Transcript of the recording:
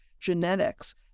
genetics